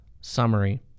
summary